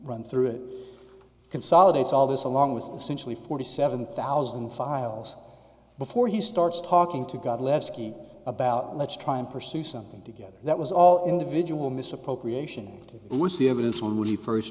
run through it consolidates all this along with simply forty seven thousand files before he starts talking to god leskie about let's try and pursue something together that was all individual misappropriation was the evidence when we first